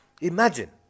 imagine